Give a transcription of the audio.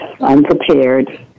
unprepared